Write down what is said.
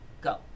Go